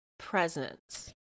presence